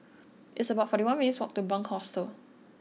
it's about forty one minutes' walk to Bunc Hostel